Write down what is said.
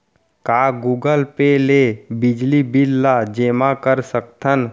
का Google pay ले बिजली बिल ल जेमा कर सकथन?